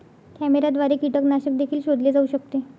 कॅमेऱ्याद्वारे कीटकनाशक देखील शोधले जाऊ शकते